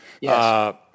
Yes